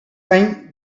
gain